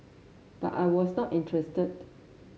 but I was not interested